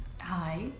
hi